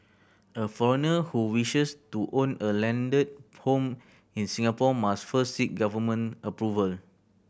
a foreigner who wishes to own a landed home in Singapore must first seek government approval